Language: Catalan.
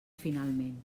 finalment